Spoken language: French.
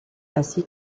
ainsi